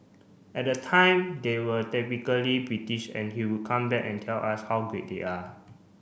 at that time they were typically British and he would come back and tell us how great they are